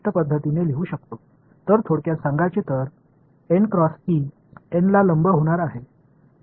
எனவே இதை நான் பியூா் சா்பேஸ் கரண்ட் என்று அழைப்பேன்